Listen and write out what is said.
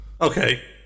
Okay